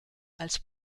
als